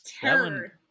terror